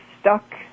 stuck